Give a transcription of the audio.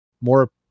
more